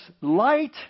light